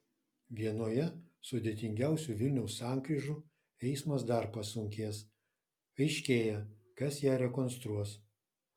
vienoje sudėtingiausių vilniaus sankryžų eismas dar pasunkės aiškėja kas ją rekonstruos